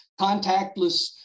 contactless